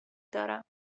دارم